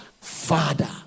Father